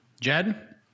jed